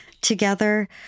together